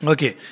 Okay